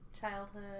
childhood